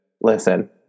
listen